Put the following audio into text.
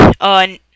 on